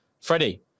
Freddie